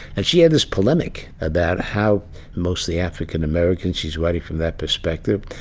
and she had this polemic about how mostly african-american she's writing from that perspective.